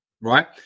right